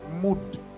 mood